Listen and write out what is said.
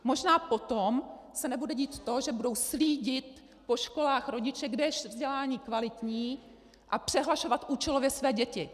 Možná potom se nebude dít to, že budou slídit po školách rodiče, kde je vzdělání kvalitní, a přehlašovat účelově své děti.